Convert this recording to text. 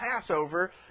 Passover